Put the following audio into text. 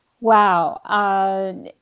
Wow